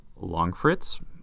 Longfritz